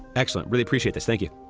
excellent. really appreciate this. thank you.